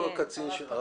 כן.